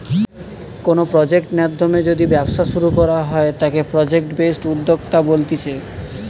কোনো প্রজেক্ট নাধ্যমে যদি ব্যবসা শুরু করা হয় তাকে প্রজেক্ট বেসড উদ্যোক্তা বলতিছে